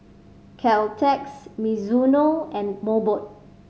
Caltex Mizuno and Mobot